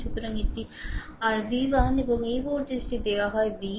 সুতরাং এটি rV 1 এবং এই ভোল্টেজটি দেওয়া হয় V